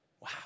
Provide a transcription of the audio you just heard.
Wow